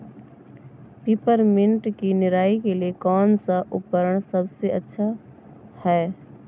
Peppermint की निराई के लिए कौन सा उपकरण सबसे अच्छा है?